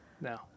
no